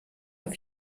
auf